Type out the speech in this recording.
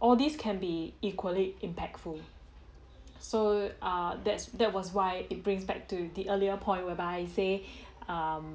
all these can be equally impactful so err that's that was why it brings back to the earlier point whereby say um